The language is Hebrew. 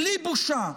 בלי בושה,